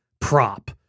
prop